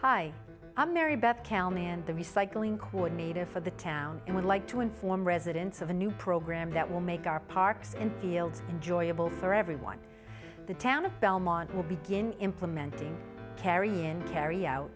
hi i'm mary beth kalm and the recycling coordinator for the town and would like to inform residents of a new program that will make our parks and fields enjoyable for everyone the town of belmont will begin implementing carrying in carry out